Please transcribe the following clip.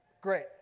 Great